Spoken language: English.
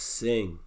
sing